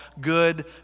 good